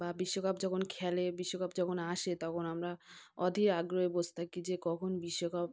বা বিশ্বকাপ যখন খেলে বিশ্বকাপ যখন আসে তখন আমরা অধীর আগ্রহে বসে থাকি যে কখন বিশ্বকাপ